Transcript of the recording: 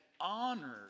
honored